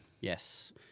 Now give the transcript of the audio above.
Yes